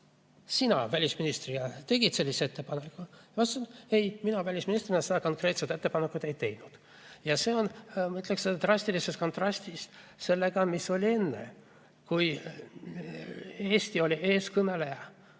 sina välisministrina tegid sellise ettepaneku? Vastus: ei, mina välisministrina seda konkreetset ettepanekut ei teinud. Ja see on, ma ütleksin, drastilises kontrastis sellega, mis oli enne, kui Eesti oli eeskõneleja